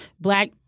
black